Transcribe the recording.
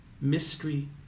Mystery